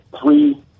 three